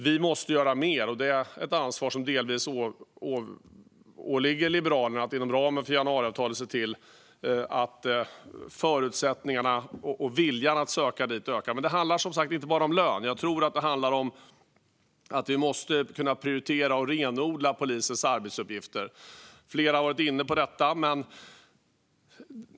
Vi måste göra mer, och det är ett ansvar som delvis åligger Liberalerna att inom ramen för januariavtalet se till att förutsättningarna och viljan att söka dit ökar. Men det handlar som sagt inte bara om lön. Jag tror att det handlar om att vi måste kunna prioritera och renodla polisens arbetsuppgifter. Flera har varit inne på detta.